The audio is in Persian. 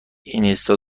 اینستا